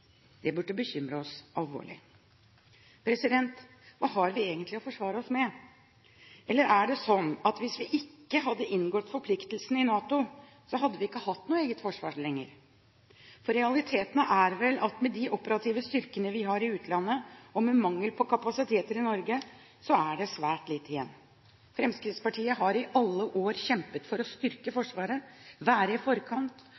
det burde bekymre oss alvorlig. Hva har vi egentlig å forsvare oss med? Er det sånn at hvis vi ikke hadde inngått forpliktelsene i NATO, hadde vi ikke hatt noe eget forsvar lenger? Realiteten er vel at med de operative styrkene vi har i utlandet, og med mangel på kapasiteter i Norge, er det svært lite igjen. Fremskrittspartiet har i alle år kjempet for å styrke Forsvaret, være i forkant.